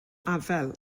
afael